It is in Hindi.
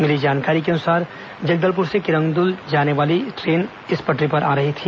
मिली जानकारी के अनुसार जगदलपुर से किरंदुल जाने वाली ट्रेन इस पटरी पर आ रही थी